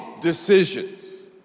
decisions